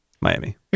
Miami